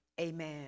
amen